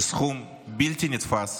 זה סכום בלתי נתפס,